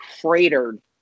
cratered